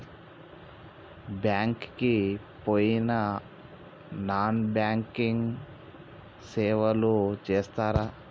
Bank కి పోయిన non banking సేవలు చేస్తరా?